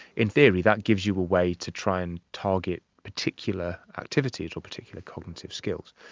in theory that gives you a way to try and target particular activities or particular cognitive skills,